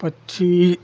पक्षी